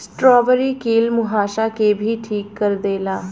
strawberry कील मुंहासा के भी ठीक कर देला